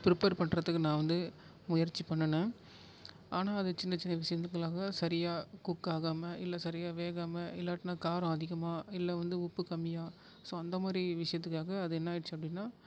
prepare பண்ணுறதுக்கு நான் வந்து முயற்சி பண்ணினேன் ஆனால் அது சின்ன சின்ன விஷியத்துக்கெல்லாந்தான் சரியாக குக் ஆகாமல் இல்லை சரியாக வேகாமல் இல்லாட்டினா காரம் அதிகமாக இல்லை வந்து உப்பு கம்மியாக ஸோ அந்தமாதிரி விஷியத்துக்காக அது என்ன ஆயிடுச்சு அப்படின்னா